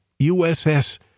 USS